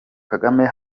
kagame